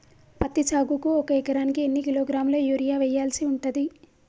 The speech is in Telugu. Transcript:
పత్తి సాగుకు ఒక ఎకరానికి ఎన్ని కిలోగ్రాముల యూరియా వెయ్యాల్సి ఉంటది?